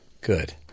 good